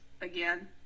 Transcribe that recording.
again